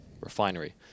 refinery